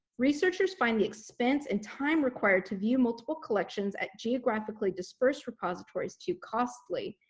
researchers find the expense and time required to view multiple collections at geographically dispersed repositories too costly,